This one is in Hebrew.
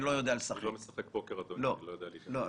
אני לא יודע לשחק פוקר - היו קוראים לזה סדרה.